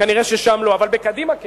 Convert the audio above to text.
כנראה שם לא, אבל בקדימה כן.